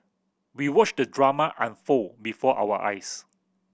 we watched the drama unfold before our eyes